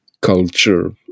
culture